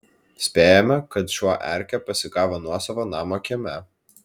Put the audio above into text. spėjame kad šuo erkę pasigavo nuosavo namo kieme